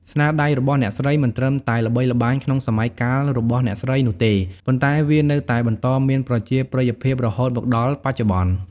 ស្នាដៃរបស់អ្នកស្រីមិនត្រឹមតែល្បីល្បាញក្នុងសម័យកាលរបស់អ្នកស្រីនោះទេ ប៉ុន្តែវានៅតែបន្តមានប្រជាប្រិយភាពរហូតមកដល់បច្ចុប្បន្ន។